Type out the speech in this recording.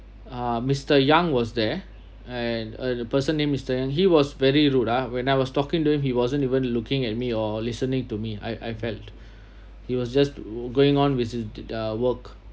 uh mister yang was there and uh the person's name mister yang he was very rude ah when I was talking to him he wasn't even looking at me or listening to me I I felt he was just going on with his uh work